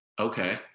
Okay